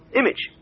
image